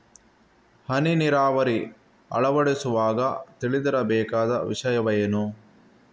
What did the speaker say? ಹನಿ ನೀರಾವರಿ ಅಳವಡಿಸುವಾಗ ತಿಳಿದಿರಬೇಕಾದ ವಿಷಯವೇನು?